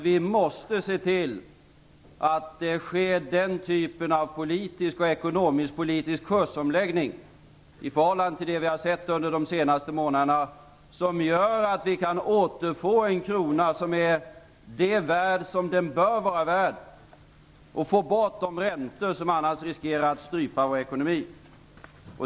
Vi måste se till att det sker den typen av politisk och ekonomisk-politisk kursomläggning i förhållande till det som vi har sett under de senaste månaderna som gör att vi kan återfå en krona som har det värde som den borde ha, att vi kan få ner de räntor som annars riskerar att strypa vår ekonomi.